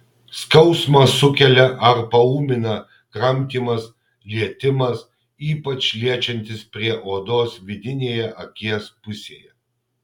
skausmą sukelia ar paūmina kramtymas lietimas ypač liečiantis prie odos vidinėje akies pusėje